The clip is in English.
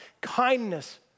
kindness